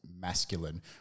masculine